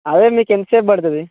అదే మీకు ఎంతసేపు పడుతుంది